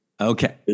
Okay